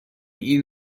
این